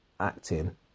acting